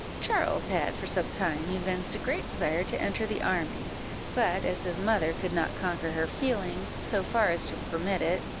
charles had for some time evinced a great desire to enter the army but as his mother could not conquer her feelings, so far as to permit it,